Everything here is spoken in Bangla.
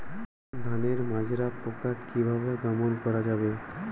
ধানের মাজরা পোকা কি ভাবে দমন করা যাবে?